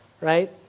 right